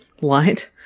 light